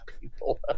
people